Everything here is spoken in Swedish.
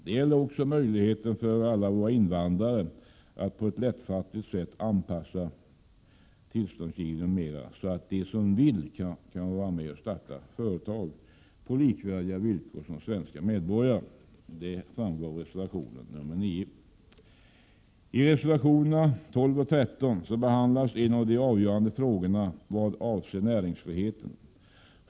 Det gäller också möjligheterna att för alla våra invandrare på ett lättfattligt sätt anpassa tillståndsgivning m.m., så att de som vill kan vara med och starta företag på likvärdiga villkor som svenska medborgare. Detta framgår av reservation 9. I reservationerna 12 och 13 behandlas en av de avgörande frågorna vad avser näringsfriheten.